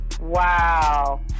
Wow